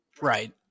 Right